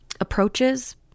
approaches